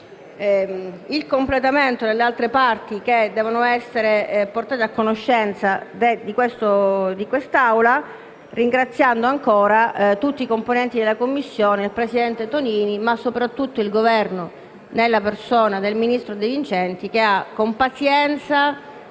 il completamento delle altre parti che devono essere portate a conoscenza dell'Assemblea, ringraziando ancora tutti i componenti della Commissione, il presidente Tonini, ma soprattutto il Governo nella persona del ministro De Vincenti, che con pazienza